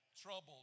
Trouble